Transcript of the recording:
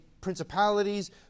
principalities